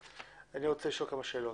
אני רוצה לשאול כמה שאלות.